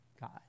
God